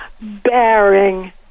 bearing